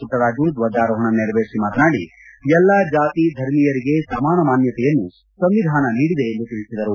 ಪುಟ್ವರಾಜು ಧ್ವಜಾರೋಹಣ ನೆರವೇರಿಸಿ ಮಾತನಾಡಿ ಎಲ್ಲಾ ಜಾತಿ ಧರ್ಮೀಯರಿಗೆ ಸಮಾನ ಮಾನ್ಯತೆಯನ್ನು ಸಂವಿಧಾನ ನೀಡಿದೆ ಎಂದು ತಿಳಿಸಿದರು